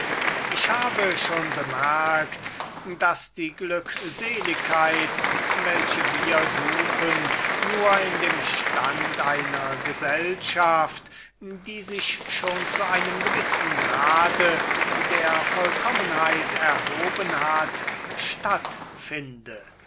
ich habe schon bemerkt daß die glückseligkeit welche wir suchen nur in dem stand einer gesellschaft die sich schon zu einem gewissen grade der vollkommenheit erhoben hat